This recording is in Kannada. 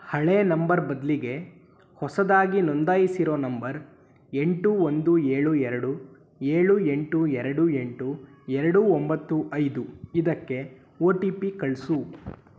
ಹಳೆಯ ನಂಬರ್ ಬದಲಿಗೆ ಹೊಸದಾಗಿ ನೋಂದಾಯಿಸಿರೋ ನಂಬರ್ ಎಂಟು ಒಂದು ಏಳು ಎರಡು ಏಳು ಎಂಟು ಎರಡು ಎಂಟು ಎರಡು ಒಂಬತ್ತು ಐದು ಇದಕ್ಕೆ ಒ ಟಿ ಪಿ ಕಳಿಸು